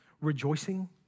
rejoicing